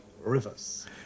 Rivers